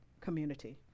community